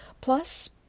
Plus